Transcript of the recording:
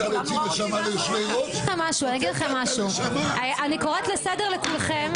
אני קוראת לסדר לכולכם.